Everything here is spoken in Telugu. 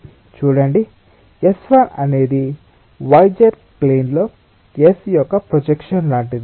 చూడండి S1 అనేది y z ప్లేన్ లో S యొక్క ప్రొజెక్షన్ లాంటిది